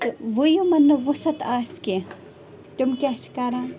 تہٕ وۄنۍ یِمَن نہٕ وُسَتھ آسہِ کیٚنہہ تِم کیٛاہ چھِ کران